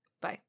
Bye